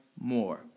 more